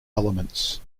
elements